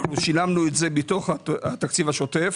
אנחנו שילמנו את זה מתוך התקציב השוטף